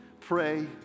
pray